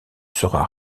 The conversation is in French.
sera